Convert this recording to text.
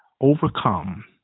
overcome